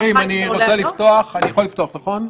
אני רוצה לפתוח את הישיבה.